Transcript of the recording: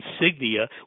insignia